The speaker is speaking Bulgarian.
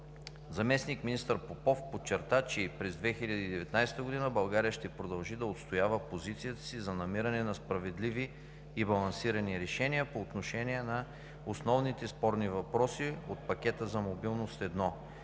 Заместник-министър Попов подчерта, че и през 2019 г. България ще продължи да отстоява позицията си за намиране на справедливи и балансирани решения по основните спорни въпроси от Пакета за мобилност I.